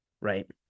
right